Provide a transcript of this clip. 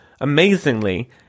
amazingly